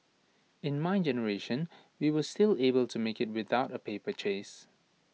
in my generation we were still able to make IT without A paper chase